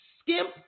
skimp